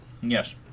Yes